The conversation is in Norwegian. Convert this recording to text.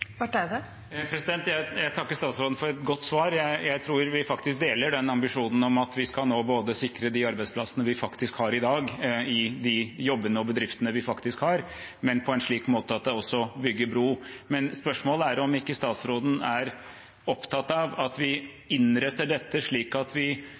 Barth Eide – til oppfølgingsspørsmål. Jeg takker statsråden for et godt svar. Jeg tror vi faktisk deler ambisjonen om at vi nå skal sikre de arbeidsplassene vi faktisk har i dag, i de jobbene og bedriftene vi faktisk har, men på en slik måte at det også bygger bro. Spørsmålet er om ikke statsråden er opptatt av at vi innretter dette slik at vi